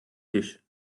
dish